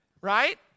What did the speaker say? Right